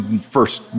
first